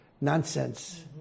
nonsense